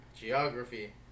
Geography